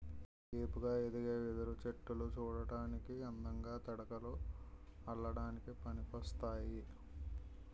ఏపుగా ఎదిగే వెదురు చెట్టులు సూడటానికి అందంగా, తడకలు అల్లడానికి పనికోస్తాయి